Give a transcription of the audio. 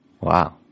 Wow